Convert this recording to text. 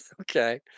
Okay